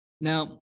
Now